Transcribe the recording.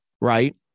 right